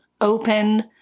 open